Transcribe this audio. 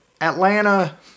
Atlanta